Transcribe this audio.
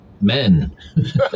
men